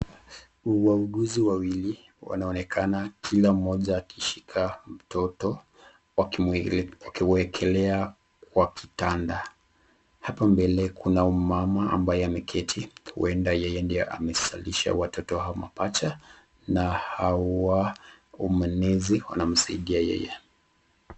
Uuguzi wawili wanaonekana kila mmoja akishika mtoto wakiwekelea wa kitanda. Hapa mbele kuna umama ambaye ameketi. Huenda yeye ndiye amesalisha watoto hawa mapacha na hawa umenezi wanamsaidia yeye.